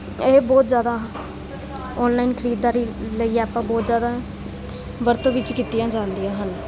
ਇਹ ਬਹੁਤ ਜ਼ਿਆਦਾ ਔਨਲਾਈਨ ਖਰੀਦਦਾਰੀ ਲਈ ਐਪਾਂ ਬਹੁਤ ਜ਼ਿਆਦਾ ਵਰਤੋਂ ਵਿੱਚ ਕੀਤੀਆਂ ਜਾਂਦੀਆਂ ਹਨ